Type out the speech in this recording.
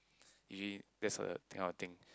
usually that's a thing I will think